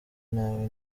nawe